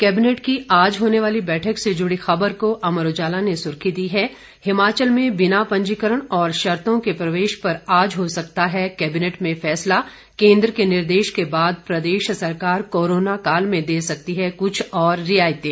cabinet की आज होने वाली बैठक से जुड़ी खबर को अमर उजाला ने सुर्खी दी है हिमाचल में बिना पंजीकरण और शर्तों के प्रवेश पर आज हो सकता है कैबिनेट में फैसला केन्द्र के निर्देश के बाद प्रदेश सरकार कोरोना काल में दे सकती है कुछ और रियायतें